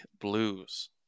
Blues